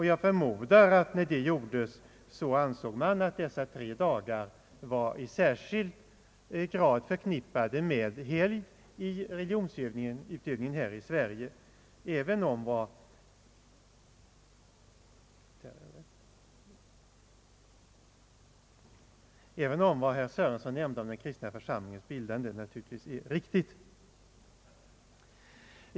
Jag förmodar att när det gjordes, ansåg man att dessa tre dagar var i särskild grad förknippade med helgd i religionsutövningen här i Sverige, även om vad herr Sörenson nämnde om den första kristna församlingens bildande naturligtvis är riktigt.